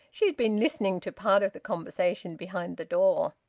she had been listening to part of the conversation behind the door.